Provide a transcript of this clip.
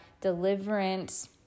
deliverance